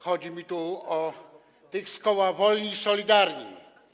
Chodzi mi tu o tych z koła Wolni i Solidarni.